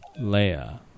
Leia